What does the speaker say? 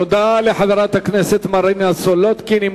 תודה לחברת הכנסת מרינה סולודקין.